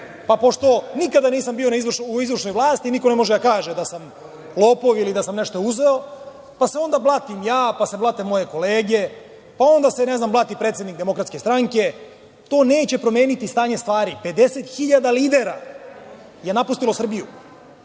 Pa, pošto nikada nisam bio u izvršnoj vlasti, niko ne može da kaže da sam lopov ili da sam nešto uzeo, pa se onda blatim ja, pa se blate moje kolege. Onda se, ne znam, blati predsednik DS. To neće promeniti stanje stvari. Pedeset hiljada lidera je napustilo Srbiju.